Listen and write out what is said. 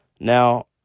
Now